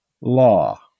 law